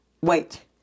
wait